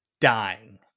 dying